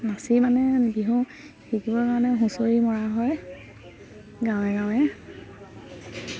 নাচি মানে বিহু শিকিবৰ কাৰণে হুঁচৰি মৰা হয় গাঁৱে গাঁৱে